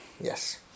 yes